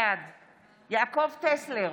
בעד יעקב טסלר,